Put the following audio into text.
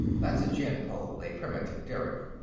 that's a gin-pole, a primitive derrick.